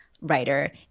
writer